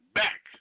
back